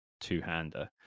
two-hander